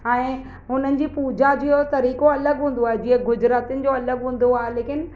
ऐं हुननि जी पूॼा जियो तरीक़ो अलॻि हूंदो आहे जीअं गुजरातीयुनि जो अलॻि हूंदो आहे लेकिन